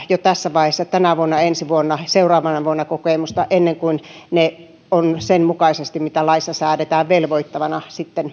jo tässä vaiheessa tänä vuonna ensi vuonna ja seuraavana vuonna kokemusta ennen kuin ne ovat sitten sen mukaisesti mitä laissa säädetään velvoittavina